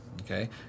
okay